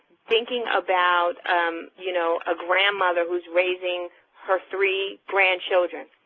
thinking about you know, a grandmother who's raising her three grandchildren,